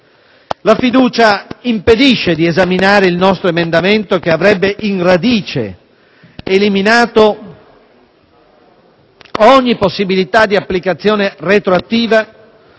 La fiducia impedisce di esaminare il nostro emendamento, che avrebbe in radice eliminato ogni possibilità di applicazione retroattiva,